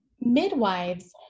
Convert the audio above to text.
midwives